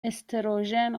استروژن